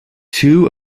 two